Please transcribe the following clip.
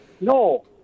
No